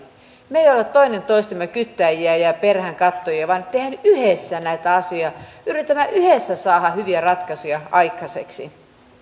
me emme ole toinen toistemme kyttääjiä ja peräänkatsojia vaan tehdään yhdessä näitä asioita yritämme yhdessä saada hyviä ratkaisuja aikaiseksi